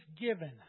given